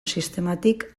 sistematik